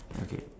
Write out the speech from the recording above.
okay